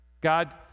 God